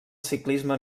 ciclisme